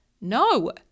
No